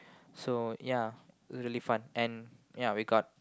so ya really fun and ya we got